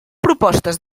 propostes